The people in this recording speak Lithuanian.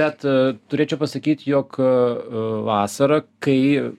bet turėčiau pasakyt jog vasarą kai